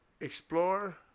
explore